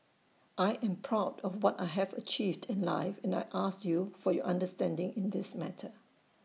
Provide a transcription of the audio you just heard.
I am proud of what I have achieved in life and I ask you for your understanding in this matter